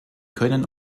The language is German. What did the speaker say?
können